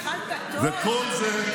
התחלת טוב,